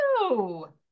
no